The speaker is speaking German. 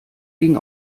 ging